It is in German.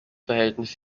verhältnis